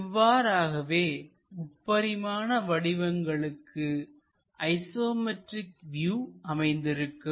இவ்வாறாகவே முப்பரிமான வடிவங்களுக்கு ஐசோமெட்ரிக் வியூ அமைந்திருக்கும்